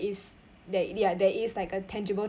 is that ya there is like a tangible